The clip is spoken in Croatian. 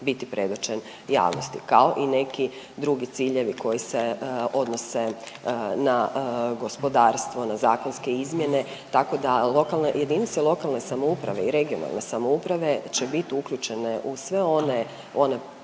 biti predočen javnosti kao i neki drugi ciljevi koji se odnose na gospodarstvo, na zakonske izmjene tako da jedinice lokalne samouprave i regionalne samouprave će biti uključene u sve one